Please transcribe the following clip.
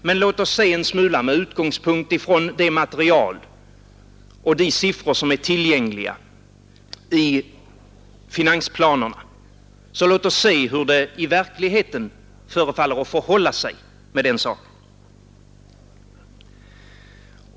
Men låt oss med utgångspunkt från det material och de siffror som är tillgängliga i finansplanen se hur det i verkligheten förefaller att förhålla sig med den saken.